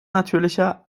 natürlicher